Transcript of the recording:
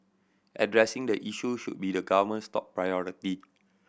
addressing the issue should be the government's top priority